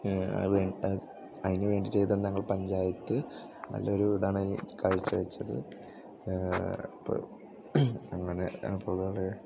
അതിന് വേണ്ടി ചെയ്ത് തന്ന നമ്മളെ പഞ്ചായത്ത് നല്ലൊരു ഇതാണ് കാഴ്ചവച്ചത് അപ്പോൾ അങ്ങനെ പോണോണ്ട്